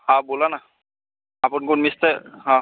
हां बोला ना आपण कोण मिस्तं हां